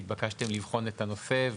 התבקשתם לבחון את הנושא,